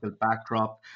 backdrop